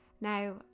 Now